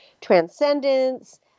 transcendence